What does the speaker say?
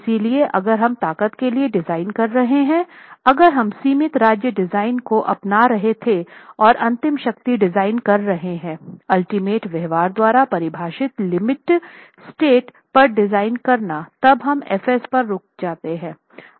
इसलिए अगर हम ताकत के लिए डिजाइन कर रहे थे अगर हम सीमित राज्य डिजाइन को अपना रहे थे और अंतिम शक्ति डिजाइन कर रहे हैं अल्टीमेट व्यवहार द्वारा परिभाषित लिमिट स्टेट पर डिजाइन करना तब हम F s पर रुक जाते थे